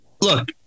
look